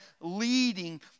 leading